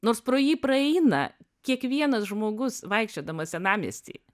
nors pro jį praeina kiekvienas žmogus vaikščiodamas senamiesty